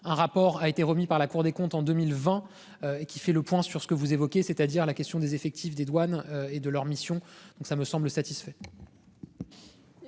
un rapport a été remis par la Cour des comptes en 2020 et qui fait le point sur ce que vous évoquez, c'est-à-dire la question des effectifs des douanes et de leurs missions, donc ça me semble satisfait.